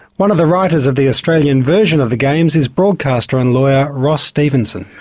one of the writers of the australian version of the games is broadcaster and lawyer, ross stevenson.